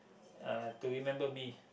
uh to remember me